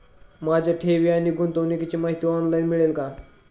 माझ्या ठेवी आणि गुंतवणुकीची माहिती ऑनलाइन मिळेल का?